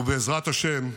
ובעזרת השם,